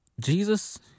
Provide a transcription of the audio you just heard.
Jesus